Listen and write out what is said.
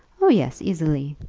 oh, yes easily.